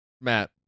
Matt